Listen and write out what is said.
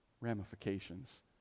ramifications